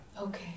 Okay